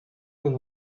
will